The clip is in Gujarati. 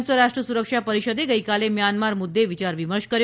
સંયુક્ત રાષ્ટ્ર સુરક્ષા પરિષદે ગઇકાલે મ્યાનમાર મુદ્દે વિચાર વિમર્શ કર્યો